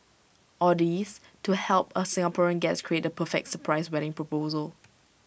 all this to help A Singaporean guest create the perfect surprise wedding proposal